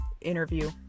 interview